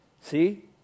See